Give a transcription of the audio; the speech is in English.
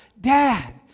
Dad